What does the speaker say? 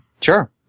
Sure